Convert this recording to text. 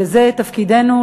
שזה תפקידנו,